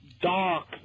dark